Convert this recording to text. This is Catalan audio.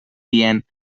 dient